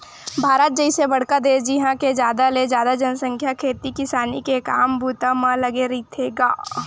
भारत जइसे बड़का देस जिहाँ के जादा ले जादा जनसंख्या खेती किसानी के काम बूता म लगे रहिथे गा